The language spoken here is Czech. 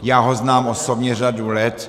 Já ho znám osobně řadu let.